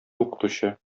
укытучы